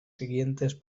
siguientes